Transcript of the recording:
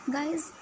Guys